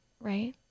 right